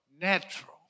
natural